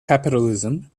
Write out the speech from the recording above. capitalism